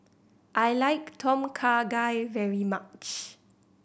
I like Tom Kha Gai very much